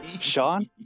Sean